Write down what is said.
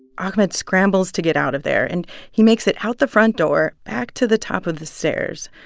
ahmed scrambles to get out of there. and he makes it out the front door, back to the top of the stairs,